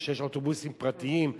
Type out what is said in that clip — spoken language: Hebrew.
כשיש אוטובוסים פרטיים,